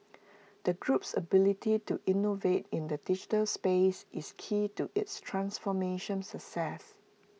the group's ability to innovate in the digital space is key to its transformation success